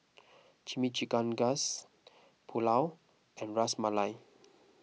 Chimichangas Pulao and Ras Malai